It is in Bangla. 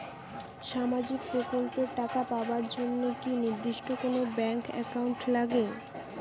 সামাজিক প্রকল্পের টাকা পাবার জন্যে কি নির্দিষ্ট কোনো ব্যাংক এর একাউন্ট লাগে?